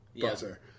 buzzer